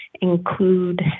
include